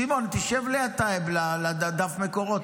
סימון, תשב ליד טייב, ליד דף המקורות.